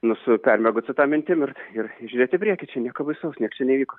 nu su permiegot su ta mintim ir ir žiūrėti į priekį čia nieko baisaus nieks čia neįvyko